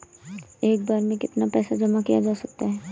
एक बार में कितना पैसा जमा किया जा सकता है?